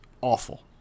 awful